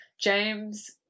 James